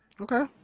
Okay